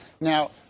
Now